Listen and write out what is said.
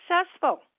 successful